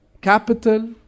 capital